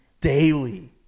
daily